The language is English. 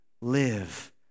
live